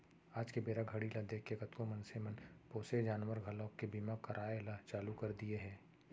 आज के बेरा घड़ी ल देखके कतको मनसे मन पोसे जानवर घलोक के बीमा कराय ल चालू कर दिये हें